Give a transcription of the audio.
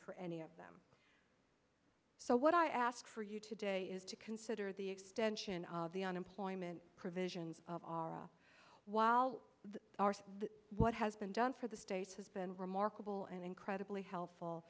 for any of them so what i ask for you today is to consider the extension of the unemployment provisions are a while what has been done for the states has been remarkable and incredibly helpful